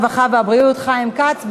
הרווחה והבריאות חיים כץ.